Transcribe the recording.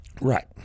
Right